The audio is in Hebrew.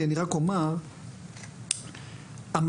אז צריך באמת לקשר בין הנתונים לבין